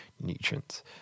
nutrients